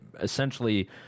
essentially